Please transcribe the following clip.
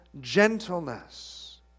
gentleness